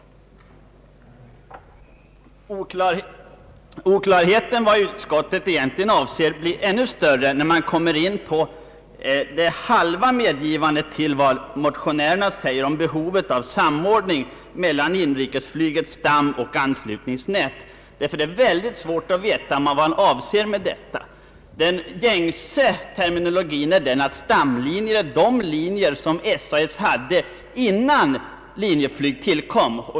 Oklarheten i vad utskottet egentligen avser blir ännu större, när man kommer in på det halva medgivandet till vad motionärerna säger om behovet av samordning mellan inrikesflygets stamoch anslutningsnät. Det är svårt att veta vad som avses med detta. Den gängse terminologin är den att stamlinjer är de linjer som SAS hade innan Linjeflyg tillkom.